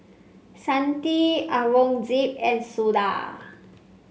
Santha Aurangzeb and Suda